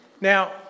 Now